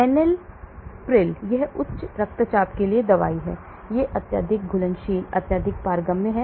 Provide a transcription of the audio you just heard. Enalapril यह उच्च रक्तचाप के लिए है यह अत्यधिक घुलनशील अत्यधिक पारगम्य है